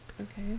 Okay